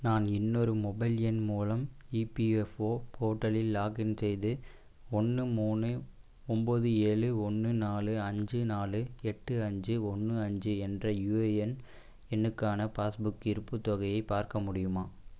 நான் இன்னொரு மொபைல் எண் மூலம் இபிஎஃப்ஓ போர்ட்டலில் லாக்இன் செய்து ஒன்னு மூணு ஒம்பது ஏழு ஒன்று நாலு அஞ்சு நாலு எட்டு அஞ்சு ஒன்று அஞ்சு என்ற யூஏஎன் எண்ணுக்கான பாஸ்புக் இருப்புத் தொகையை பார்க்க முடியுமா